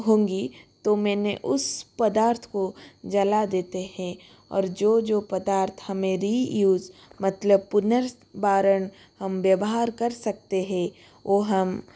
होंगी तो मैंने उस पदार्थ को जला देते हैं और जो जो पदार्थ हमें रीयूज़ मतलब पुनर्भरण हम व्यवहार कर सकते हैं वो हम